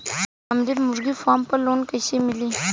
हमरे मुर्गी फार्म पर लोन कइसे मिली?